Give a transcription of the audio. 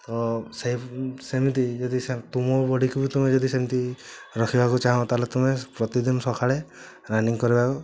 ତ ସେମିତି ଯଦି ସେମିତି ତୁମ ବଡ଼ିକୁ ଯଦି ତୁମେ ଯଦି ସେମିତି ରଖିବାକୁ ଚାହଁ ତାହାହେଲେ ତୁମେ ପ୍ରତିଦିନ ସଖାଳେ ରନିଙ୍ଗ୍ କରିବାକୁ